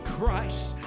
Christ